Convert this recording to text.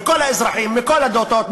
לכל האזרחים מכל הדתות,